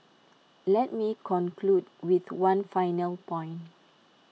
let me conclude with one final point